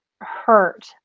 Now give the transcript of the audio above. hurt